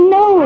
no